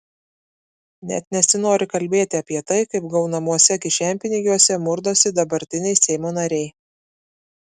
net nesinori kalbėti apie tai kaip gaunamuose kišenpinigiuose murdosi dabartiniai seimo nariai